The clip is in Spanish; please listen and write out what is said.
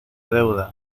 deuda